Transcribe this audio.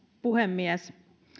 puhemies